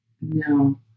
No